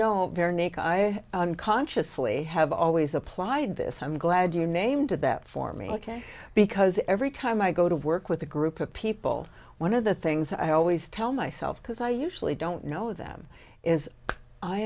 know very neat i consciously have always applied this i'm glad your name did that for me ok because every time i go to work with a group of people one of the things i always tell myself because i usually don't know them is i